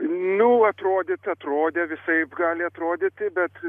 nu atrodyt atrodė visaip gali atrodyti bet